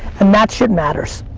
and that shit matters.